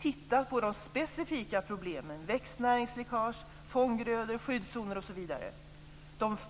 tittat på de specifika problemen: växtnäringsläckage, fånggrödor, skyddszoner osv.